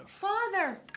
Father